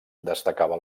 destacava